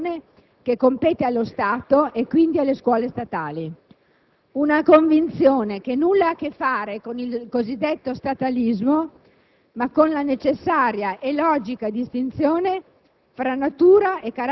attribuisce a quelle scuole una funzione di accertamento e certificazione che compete allo Stato e quindi alle scuole statali. Una convinzione che nulla ha a che fare con il cosiddetto statalismo,